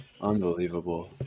Unbelievable